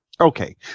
okay